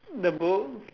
the book